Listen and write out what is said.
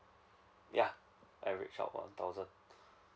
yeah average about thousand